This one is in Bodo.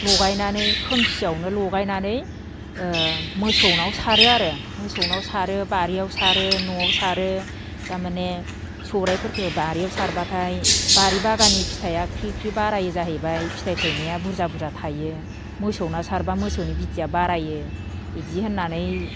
लगायनानै खोमसियावनो लगायनानै ओ मोसौनाव सारो आरो मोसौनाव सारो बारियाव सारो न'आव सारो दामाने सौराइफोरखो बारियाव सारब्लाथाय बारि बागाननि फिथाइया ख्रि ख्रि बारायो जाहैबाय फिथाइ थाइनाया बुरजा बुरजा थाइयो मोसौनाव सारब्ला मोसौनि बिथिया बारायो इदि होननानै